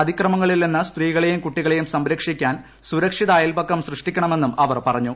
അതിക്രമങ്ങളിൽ നിന്ന് സ്ത്രീകളെയും കുട്ടികളെയും സംരക്ഷിക്കാൻ സുരക്ഷിത അയൽപക്കം സ്യൂഷ്ടിക്കണമെന്നും അവർ പറഞ്ഞു